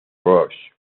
rose